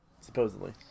Supposedly